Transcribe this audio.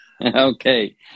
Okay